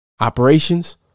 Operations